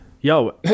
Yo